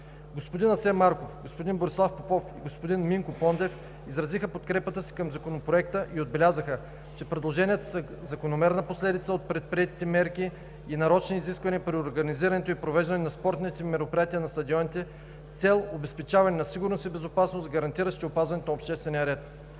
Господин Асен Марков, господин Борислав Попов и господин Минко Пондев изразиха подкрепата си към Законопроекта и отбелязаха, че предложенията са закономерна последица от предприетите мерки и нарочни изисквания при организирането и провеждането на спортните мероприятия на стадионите с цел обезпечаване на сигурност и безопасност, гарантиращи опазването на обществения ред.